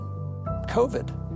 COVID